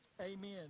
Amen